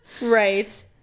right